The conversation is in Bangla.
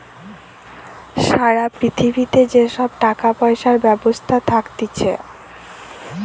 সারা পৃথিবীতে যে সব টাকা পয়সার ব্যবস্থা থাকতিছে